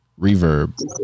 reverb